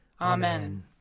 Amen